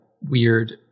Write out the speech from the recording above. weird